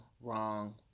wrong